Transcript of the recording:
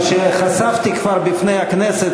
מה שחשפתי כבר בפני הכנסת,